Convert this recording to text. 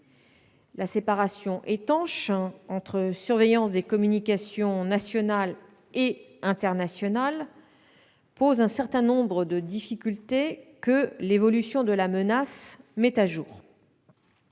La séparation étanche entre surveillance des communications nationales et internationales pose des difficultés que l'évolution de la menace met au jour.